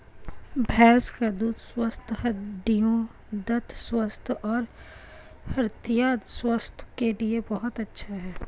भैंस का दूध स्वस्थ हड्डियों, दंत स्वास्थ्य और हृदय स्वास्थ्य के लिए बहुत अच्छा है